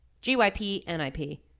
G-Y-P-N-I-P